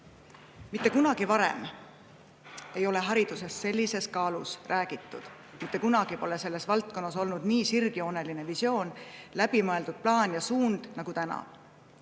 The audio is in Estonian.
Mitte kunagi varem ei ole haridusest sellises kaalus räägitud. Mitte kunagi pole selles valdkonnas olnud nii sirgjooneline visioon, läbimõeldud plaan ja suund nagu täna.